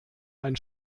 ein